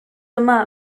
yma